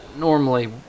Normally